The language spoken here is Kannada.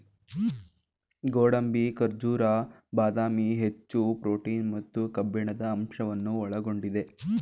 ಗೋಡಂಬಿ, ಖಜೂರ, ಬಾದಾಮಿ, ಹೆಚ್ಚು ಪ್ರೋಟೀನ್ ಮತ್ತು ಕಬ್ಬಿಣದ ಅಂಶವನ್ನು ಒಳಗೊಂಡಿದೆ